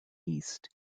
east